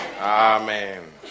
Amen